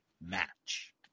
match